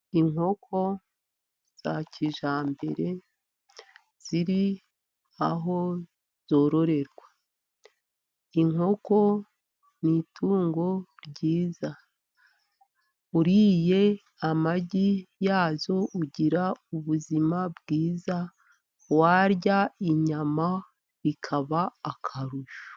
Inkoko za kijyambere ziri aho zororerwa. Inkoko ni itungo ryiza uriye amagi yazo ugira ubuzima bwiza, warya inyama bikaba akarusho.